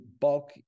bulk